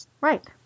Right